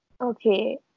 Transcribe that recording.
Okay